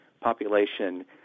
population